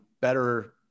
better